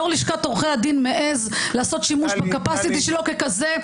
יו"ר לשכת עורכי הדין מעז לעשות שימוש ב-capacity שלו ככזה,